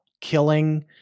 killing